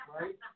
right